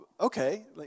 okay